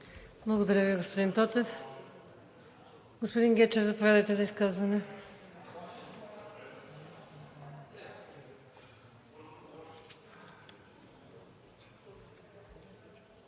Благодаря Ви, господин Тотев. Господин Гечев, заповядайте за изказване.